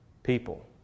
People